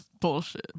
bullshit